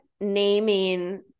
naming